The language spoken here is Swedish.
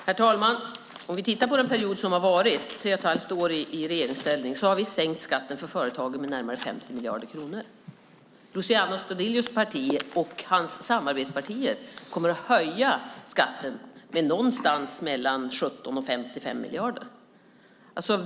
Herr talman! Under våra tre och ett halvt år i regeringsställning har vi sänkt skatten för företagen med närmare 50 miljarder kronor. Luciano Astudillos parti och dess samarbetspartier kommer att höja skatten med någonstans mellan 17 och 55 miljarder.